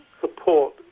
support